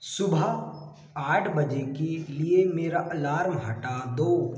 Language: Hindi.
सुबह आठ बजे के लिए मेरा अलार्म हटा दो